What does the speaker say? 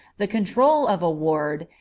the control of a ward,